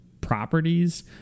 properties